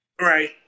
Right